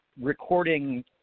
recording